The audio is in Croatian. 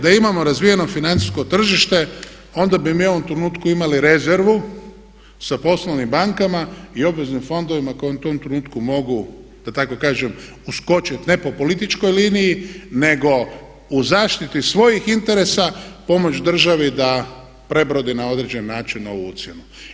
Da imamo razvijeno financijsko tržište onda bi mi u ovom trenutku imali rezervu sa poslovnim bankama i obveznim fondovima koji to u ovom trenutku mogu da tako kažem uskočiti, ne po političkoj liniji nego u zaštiti svojih interesa, pomoći državi da prebrodi na određen način ovu ucjenu.